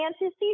fantasy